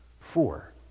Four